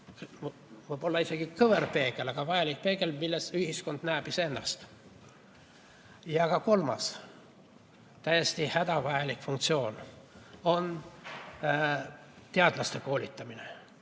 võib-olla isegi kõverpeegel, aga vajalik peegel, milles ühiskond näeb iseennast. Kolmas, täiesti hädavajalik funktsioon on teadlaste koolitamine,